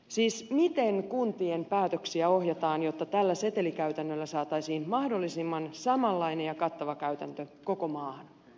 siis miten kuntien päätöksiä ohjataan jotta tällä setelikäytännöllä saataisiin mahdollisimman samanlainen ja kattava käytäntö koko maahan